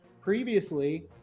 previously